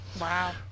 Wow